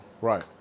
right